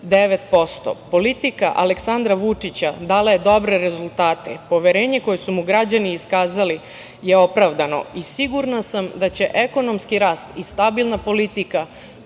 30,9%. Politika Aleksandra Vučića dala je dobre rezultate. Poverenje koje su mu građani iskazali je opravdano i sigurna sam da će ekonomski rast i stabilna politika